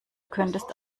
könntest